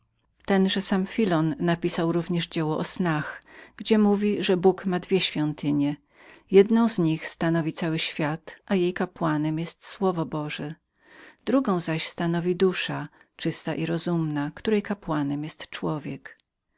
tenże sam filon napisał drugie dzieło o snach gdzie mówi że bóg ma dwie świątynię jedną na tym świecie której kapłanem jest słowo boże drugą zaś duszę czystą i wyrozumowaną której kapłanem jest człowiek